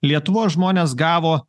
lietuvos žmonės gavo